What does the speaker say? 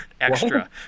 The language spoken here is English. Extra